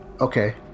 Okay